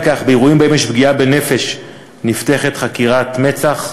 באירועים שבהם יש פגיעה בנפש נפתחת חקירת מצ"ח,